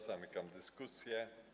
Zamykam dyskusję.